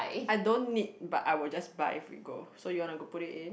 I don't need but I will just buy if we go so you wanna go put it in